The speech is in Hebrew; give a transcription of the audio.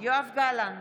יואב גלנט,